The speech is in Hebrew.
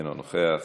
אינו נוכח.